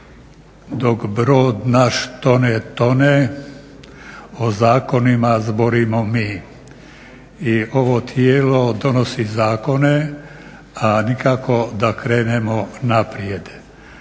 "dok brod naš tone, tone, o zakonima zborimo mi". Ovo tijelo donosi zakone, a nikako da krenemo naprijed.